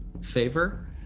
favor